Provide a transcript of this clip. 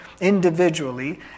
individually